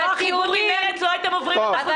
ללא החיבור עם מרצ לא הייתם עוברים את אחוז החסימה.